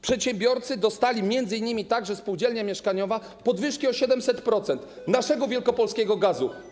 Przedsiębiorcy dostali, m.in. także spółdzielnia mieszkaniowa, podwyżki o 700% za nasz wielkopolski gaz.